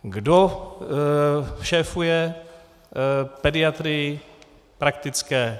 Kdo šéfuje pediatrii praktické?